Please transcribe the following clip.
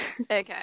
Okay